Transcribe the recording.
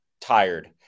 tired